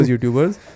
youtubers